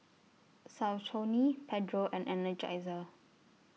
Saucony Pedro and Energizer